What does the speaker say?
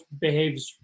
behaves